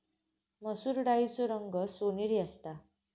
मसुर डाळीचो रंग सोनेरी असता